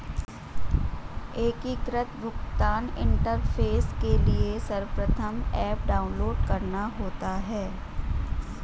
एकीकृत भुगतान इंटरफेस के लिए सर्वप्रथम ऐप डाउनलोड करना होता है